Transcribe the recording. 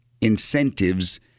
incentives